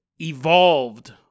evolved